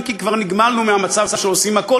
אם כי כבר נגמלנו מהמצב שעושים הכול,